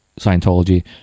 Scientology